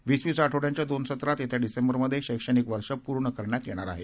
वीस वीस आठवड्यांच्या दोन सत्रात येत्या डिसेंबरमध्ये शैक्षणिक वर्ष पूर्ण करण्यात येणार आहे